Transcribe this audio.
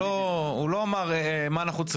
הוא לא אמר מה נחוץ,